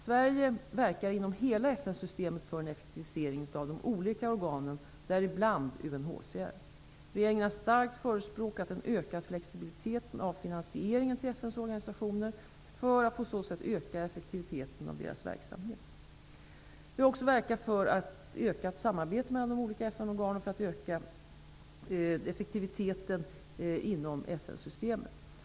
Sverige verkar inom hela FN-systemet för en effektivisering av de olika organen, däribland UNHCR. Regeringen har starkt förespråkat en ökad flexibilitet av finansieringen till FN:s organisationer för att på så sätt öka effektiviteten i deras verksamhet. Vi har även verkat för ett ökat samarbete mellan de olika FN organen för att öka effektiviteten inom FN systemet.